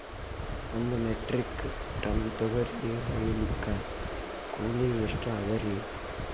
ಒಂದ್ metric ton ತೊಗರಿ ಹೋಯಿಲಿಕ್ಕ ಕೂಲಿ ಎಷ್ಟ ಅದರೀ?